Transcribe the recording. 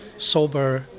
sober